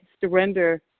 surrender